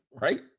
right